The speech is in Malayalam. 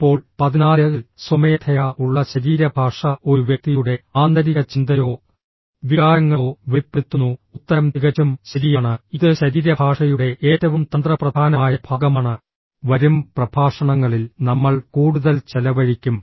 ഇപ്പോൾ 14 ൽ സ്വമേധയാ ഉള്ള ശരീരഭാഷ ഒരു വ്യക്തിയുടെ ആന്തരിക ചിന്തയോ വികാരങ്ങളോ വെളിപ്പെടുത്തുന്നു ഉത്തരം തികച്ചും ശരിയാണ് ഇത് ശരീരഭാഷയുടെ ഏറ്റവും തന്ത്രപ്രധാനമായ ഭാഗമാണ് വരും പ്രഭാഷണങ്ങളിൽ നമ്മൾ കൂടുതൽ ചെലവഴിക്കും